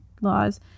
laws